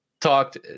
talked